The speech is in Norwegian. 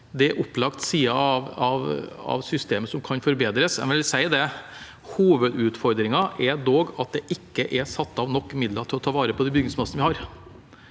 er opplagt sider av systemet som kan forbedres, det vil jeg si. Hovedutfordringen er dog at det ikke er satt av nok midler til å ta vare på den bygningsmassen vi har.